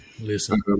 Listen